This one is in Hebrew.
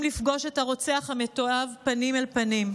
לפגוש את הרוצח המתועב פנים אל פנים.